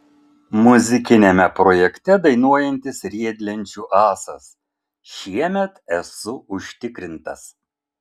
muzikiniame projekte dainuojantis riedlenčių ąsas šiemet esu užtikrintas